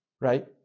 right